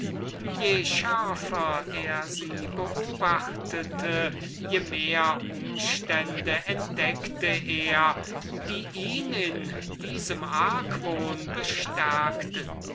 je schärfer er sie beobachtete je mehr umstände entdeckte er welche ihn in diesem argwohn bestärkten